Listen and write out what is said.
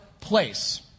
place